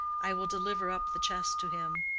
i will deliver up the chest to him